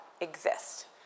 exist